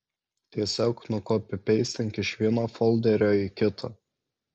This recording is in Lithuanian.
tiesiog nukopipeistink iš vieno folderio į kitą